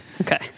Okay